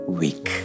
week